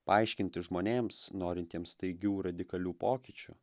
paaiškinti žmonėms norintiems staigių radikalių pokyčių